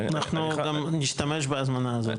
אנחנו גם נשתמש בהזמנה הזאת.